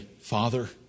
Father